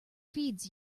feeds